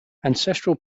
ancestral